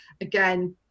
again